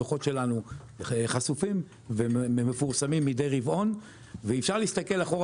הדוחות שלנו חשופים ומפורסמים מדי רבעון ואפשר להסתכל אחורה